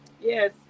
yes